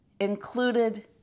included